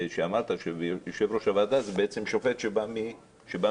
שאמרת שיושב-ראש הוועדה זה בעצם שופט שבא משם.